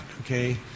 okay